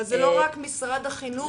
אבל זה לא רק משרד החינוך.